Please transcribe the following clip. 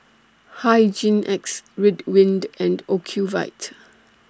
Hygin X Ridwind and Ocuvite